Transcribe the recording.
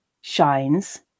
shines